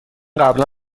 قبلا